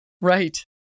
Right